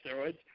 steroids